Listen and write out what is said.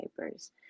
papers